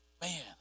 man